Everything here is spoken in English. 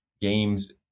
games